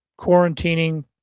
quarantining